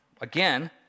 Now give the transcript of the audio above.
again